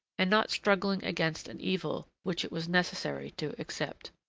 and not struggling against an evil which it was necessary to accept.